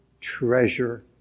treasure